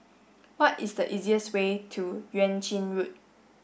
what is the easiest way to Yuan Ching Road